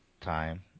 time